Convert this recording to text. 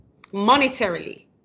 monetarily